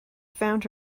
found